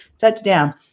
touchdown